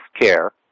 care